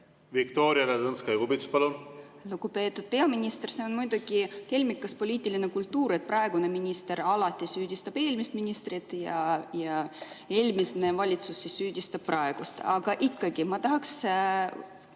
Viktoria Ladõnskaja-Kubits, palun! Lugupeetud peaminister! See on muidugi kelmikas poliitiline kultuur, et praegune minister alati süüdistab eelmist ministrit ja eelmine valitsus süüdistab praegust. Aga ikkagi ma tahaks